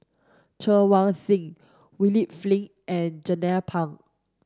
Chen Wen Hsi William Flint and Jernnine Pang